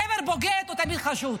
גבר בוגד הוא תמיד חשוד.